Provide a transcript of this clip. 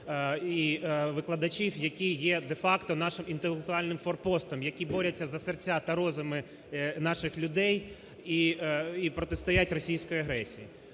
і викладачів, які є де-факто нашим інтелектуальним форпостом, які борються за серця та розуми наших людей і протистоять російській агресії.